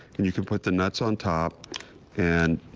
and you can put the nuts on top and.